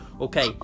Okay